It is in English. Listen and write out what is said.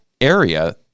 area